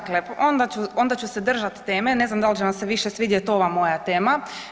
Dakle, onda ću se držat teme, ne znam da li će vam se više svidjet ova moja tema.